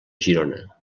girona